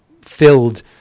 filled